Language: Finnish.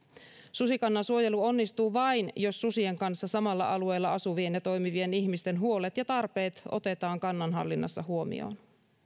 susikannan suojelu onnistuu vain jos susien kanssa samalla alueella asuvien ja toimivien ihmisten huolet ja tarpeet otetaan kannan hallinnassa huomioon